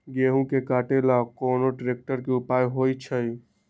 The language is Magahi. गेंहू के कटे ला कोंन ट्रेक्टर के उपयोग होइ छई?